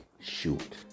shoot